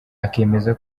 akemeza